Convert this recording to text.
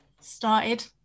started